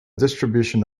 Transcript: distribution